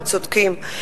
הם צודקים.